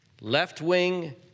left-wing